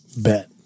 Bet